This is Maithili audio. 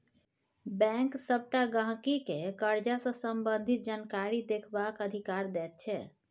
बैंक सबटा गहिंकी केँ करजा सँ संबंधित जानकारी देखबाक अधिकार दैत छै